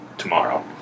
tomorrow